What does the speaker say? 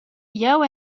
jeu